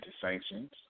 sanctions